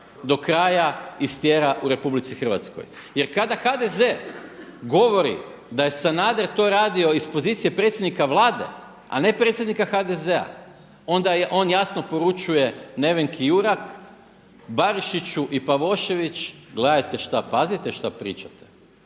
do kraja istjera u RH. Jer kada HDZ govori da je Sanader to radio iz pozicije predsjednika Vlade, a ne predsjednika HDZ-a onda on jasno poručuje Nevenki Jurak, Barišiću i Pavošević gledajte šta, pazite šta pričate